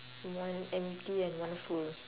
one empty and one full